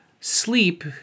Sleep